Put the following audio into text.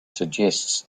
suggests